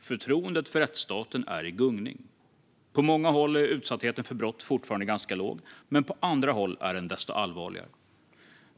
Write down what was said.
Förtroendet för rättsstaten är i gungning. På många håll är utsattheten för brott fortfarande ganska låg, men på andra håll är den desto allvarligare.